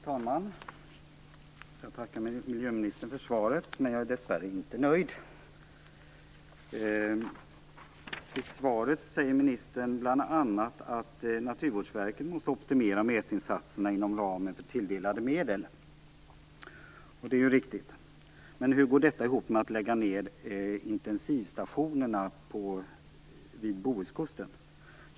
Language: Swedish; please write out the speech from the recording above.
Fru talman! Jag tackar miljöministern för svaret, men jag är dessvärre inte nöjd. I svaret säger ministern bl.a. att Naturvårdsverket måste optimera mätinsatserna inom ramen för tilldelade medel. Det är ju riktigt. Men hur går det ihop med att lägga ned intensivstationerna vid Bohuskusten?